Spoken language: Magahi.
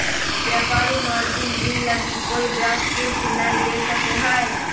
व्यापारी मार्जिन ऋण लगी कोय ब्याज शुल्क नय दे सको हइ